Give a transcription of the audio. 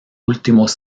últimos